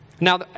Now